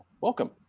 Welcome